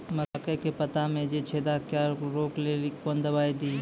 मकई के पता मे जे छेदा क्या रोक ले ली कौन दवाई दी?